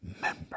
member